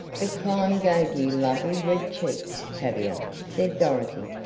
the climb gave you lovely red cheeks tavia, said dorothy.